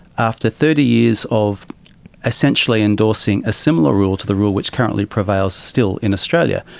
after thirty years of essentially endorsing a similar rule to the rule which currently prevails still in australia,